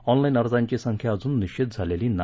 of ला जे अर्जांची संख्या अजून निश्वित झालेली नाही